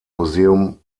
museum